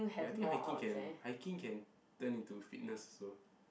ya I think hiking can hiking can turn into fitness also